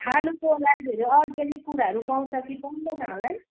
खानुको लागिहरू अर्ग्यानिक कुराहरू पाउँछ कि पाउँदैन होला है